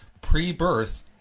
pre-birth